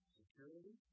security